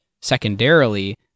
secondarily